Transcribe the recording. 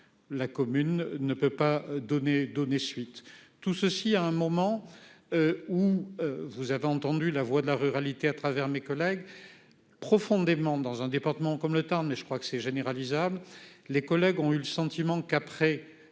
la commune ne peut pas donner, donner suite. Tout ceci à un moment. Où vous avez entendu la voix de la ruralité à travers mes collègues. Profondément dans un département comme le temps mais je crois que c'est généralisable, les collègues ont eu le sentiment qu'après